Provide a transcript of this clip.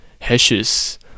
hashes